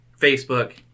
Facebook